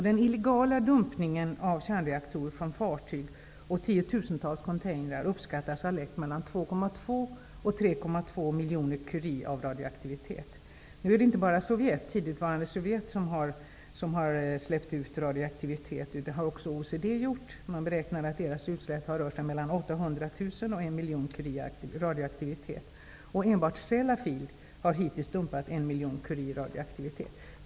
Den illegala dumpningen av kärnreaktorer från fartyg och tiotusentals containrar uppskattas ha läckt mellan Det är inte bara det tidigvarande Sovjet som har släppt ut radioaktivitet. Det har också OECD gjort. Man beräknar att deras utsläpp har rört sig mellan Sellafield har hittills dumpat 1 miljon curie radioaktivitet.